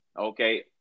Okay